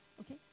Okay